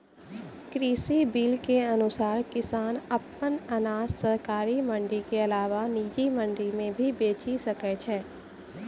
कृषि बिल के अनुसार किसान अप्पन अनाज सरकारी मंडी के अलावा निजी मंडी मे भी बेचि सकै छै